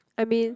I mean